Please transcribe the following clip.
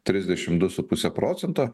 trisdešim du su puse procento